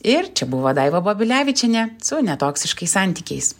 ir čia buvo daiva babilevičienė su netoksiškais santykiais